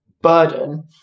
burden